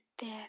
death